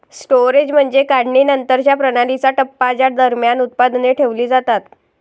storage म्हणजे काढणीनंतरच्या प्रणालीचा टप्पा ज्या दरम्यान उत्पादने ठेवली जातात